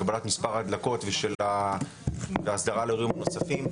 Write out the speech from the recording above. הגבלת מספר ההדלקות וההסדרה של אירועים אחרים.